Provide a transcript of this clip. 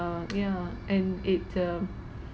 yeah and it um